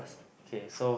K so